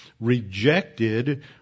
Rejected